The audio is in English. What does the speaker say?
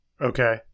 Okay